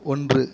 ஒன்று